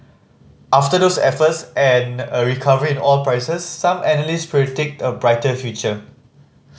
after those efforts and a recovery in oil prices some analyst predict a brighter future